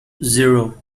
zero